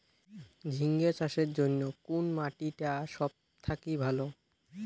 ঝিঙ্গা চাষের জইন্যে কুন মাটি টা সব থাকি ভালো?